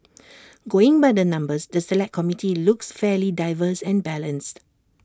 going by the numbers the Select Committee looks fairly diverse and balanced